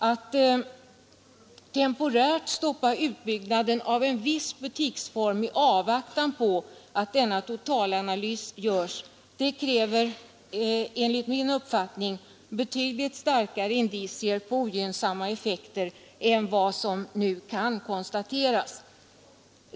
Att temporärt stoppa utbyggnaden av en viss butiksform i avvaktan på att denna totalanalys görs kräver enligt min uppfattning betydligt starkare indicier på ogynnsamma effekter än vad som nu kan konstateras.